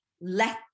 Let